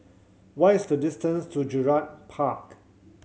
what is the distance to Gerald Park